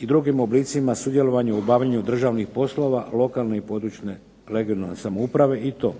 i drugim oblicima sudjelovanja u obavljanju državnih poslova, lokalne i područne (regionalne) samouprave i to